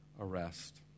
arrest